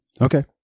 Okay